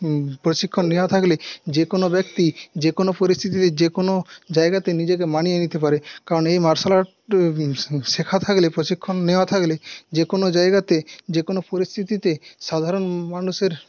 প্রশিক্ষণ নেওয়া থাকলে যে কোনো ব্যক্তি যে কোনো পরিস্থিতিতে যে কোনো জায়গাতে নিজেকে মানিয়ে নিতে পারে কারণ এই মার্শাল আর্ট শেখা থাকলে প্রশিক্ষণ নেওয়া থাকলে যে কোনো জায়গাতে যে কোনো পরিস্থিতিতে সাধারণ মানুষের